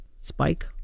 spike